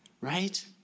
Right